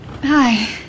Hi